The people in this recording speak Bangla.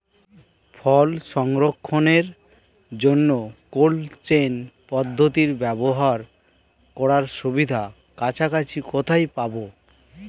ফল সংরক্ষণের জন্য কোল্ড চেইন পদ্ধতি ব্যবহার করার সুবিধা কাছাকাছি কোথায় পাবো?